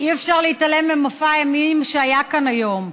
אי-אפשר להתעלם ממופע האימים שהיה כאן היום.